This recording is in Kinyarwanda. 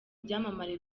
byamamare